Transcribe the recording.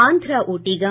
Andhra ఊటీగా